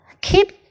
Keep